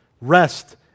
Rest